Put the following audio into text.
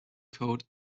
code